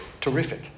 Terrific